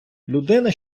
людина